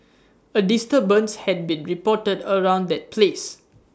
A disturbance had been reported around that place